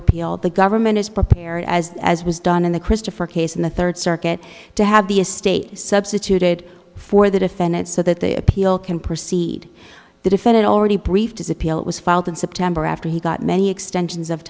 appeal the government is prepared as as was done in the christopher case and the third circuit to have the estate substituted for the defendant so that they appeal can proceed the defendant already briefed his appeal was filed in september after he got many extensions of